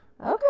Okay